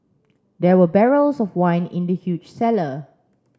there were barrels of wine in the huge cellar